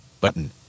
button